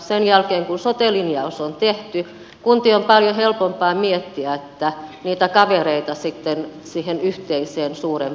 sen jälkeen kun sote linjaus on tehty kuntien on paljon helpompaa miettiä niitä kavereita sitten siihen yhteiseen suurempaan kuntaan